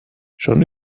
schon